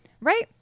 right